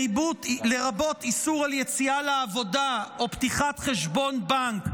לרבות איסור יציאה לעבודה או פתיחת חשבון בנק.